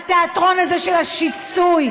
התיאטרון הזה של השיסוי,